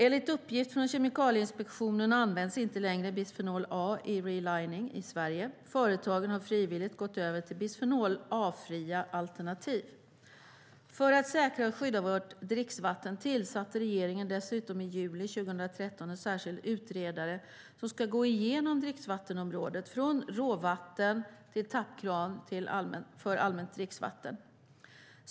Enligt uppgift från Kemikalieinspektionen används inte längre bisfenol A i relining i Sverige. Företagen har frivilligt gått över till bisfenol A-fria alternativ. För att säkra och skydda vårt dricksvatten tillsatte regeringen dessutom i juli 2013 en särskild utredare som ska gå igenom dricksvattenområdet, från råvatten till tappkran för allmänt dricksvatten.